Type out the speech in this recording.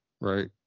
right